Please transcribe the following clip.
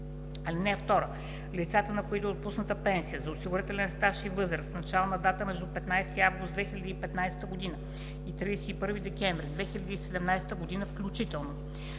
кодекс. (2) Лицата, на които е отпусната пенсия за осигурителен стаж и възраст с начална дата между 15 август 2015 г. и 31 декември 2017 г. включително,